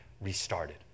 restarted